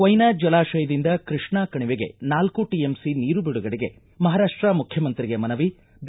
ಕೊಯ್ನಾ ಜಲಾಶಯದಿಂದ ಕೃಷ್ಣಾ ಕಣಿವೆಗೆ ನಾಲ್ಕು ಟಎಂಸಿ ನೀರು ಬಿಡುಗಡೆಗೆ ಮಹಾರಾಷ್ಟ ಮುಖ್ಯಮಂತ್ರಿಗೆ ಮನವಿ ಬಿ